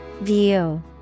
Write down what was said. View